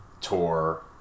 tour